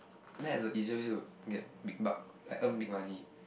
that's a easier to get big bug like earn big money